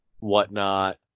whatnot